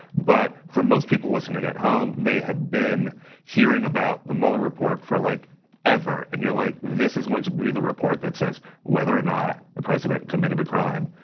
but, for most people listening at home, they have been hearing about the mueller report for like ever, and you're like, this is going to be the report that says, whether or not the president committed a crime.